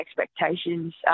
expectations